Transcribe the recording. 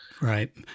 right